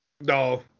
No